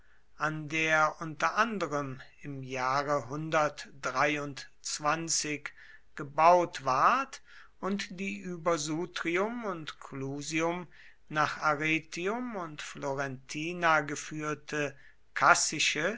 an der unter anderem im jahre gebaut ward und die über sutrium und clusium nach arretium und florentia geführte